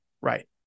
right